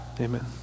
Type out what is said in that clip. Amen